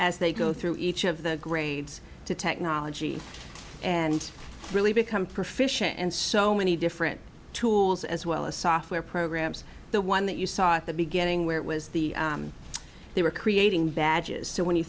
as they go through each of the grades to technology and really become proficient in so many different tools as well as software programs the one that you saw at the beginning where it was the they were creating badges so when you